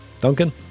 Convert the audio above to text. Duncan